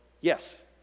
yes